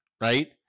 Right